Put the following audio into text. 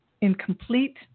Incomplete